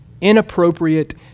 inappropriate